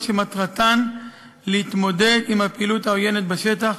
שמטרתן להתמודד עם הפעילות העוינת בשטח,